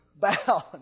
Bow